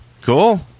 Cool